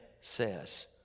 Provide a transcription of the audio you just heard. says